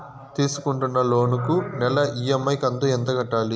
తీసుకుంటున్న లోను కు నెల ఇ.ఎం.ఐ కంతు ఎంత కట్టాలి?